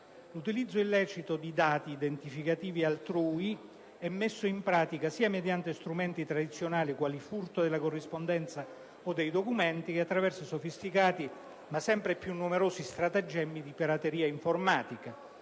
L'utilizzo illecito di dati identificativi altrui è messo in pratica sia mediante strumenti tradizionali, quali furto della corrispondenza o dei documenti, che attraverso sofisticati, ma sempre più numerosi, stratagemmi di pirateria informatica.